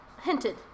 Hinted